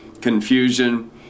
confusion